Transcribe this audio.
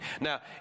Now